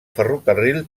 ferrocarril